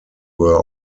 were